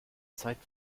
zeit